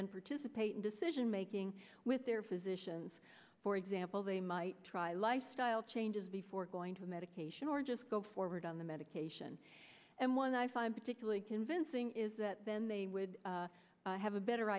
then participate in decision making with their physicians for example they might try lifestyle changes before going to medication or just go forward on the medication and one i find particularly convincing is that then they would have a better